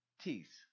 teeth